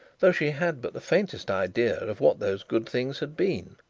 though she had but the faintest idea of what those good things had been.